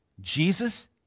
jesus